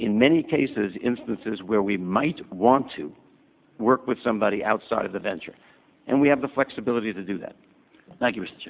in many cases instances where we might want to work with somebody outside of the venture and we have the flexibility to do that